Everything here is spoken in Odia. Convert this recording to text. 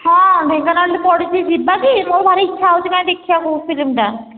ହଁ ଢେଙ୍କାନାଳରେ ପଡ଼ିଛି ଯିବା କି ମୋର ଭାରି ଇଚ୍ଛା ହେଉଛି କାଇଁ ଦେଖିବାକୁ ଫିଲ୍ମଟା